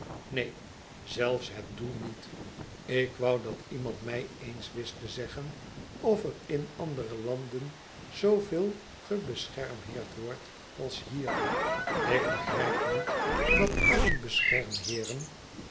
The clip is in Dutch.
neen zelfs het doel niet ik wou dat iemand tnij eens wist te zeggen of er in andere landen zooveel gebeschermheerd wordt als hier ik begrijp niet dat al die beschermheeren